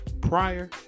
prior